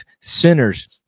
sinners